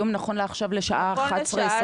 היום זה נכון לעכשיו בשעה 11:24?